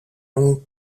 longue